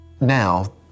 Now